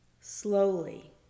Slowly